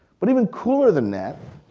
but even cooler than that,